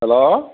hello